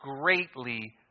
greatly